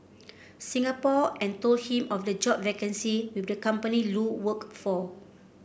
Singapore and told him of the job vacancy with the company Lu worked for